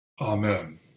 amen